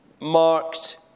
marked